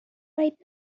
right